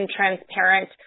transparent